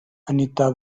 anita